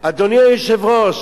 אין דיין.